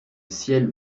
ciel